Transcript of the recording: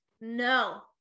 no